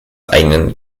eigenen